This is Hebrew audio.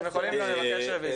אתם יכולים גם לבקש רביזיה.